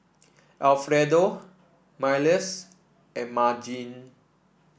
Alfredo Myles and Margene